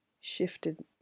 shifted